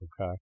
Okay